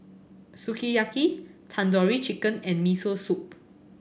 Sukiyaki Tandoori Chicken and Miso Soup